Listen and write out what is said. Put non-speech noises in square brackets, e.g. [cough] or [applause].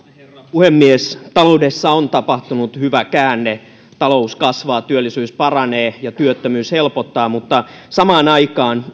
puhemies taloudessa on tapahtunut hyvä käänne talous kasvaa työllisyys paranee ja työttömyys helpottaa mutta samaan aikaan [unintelligible]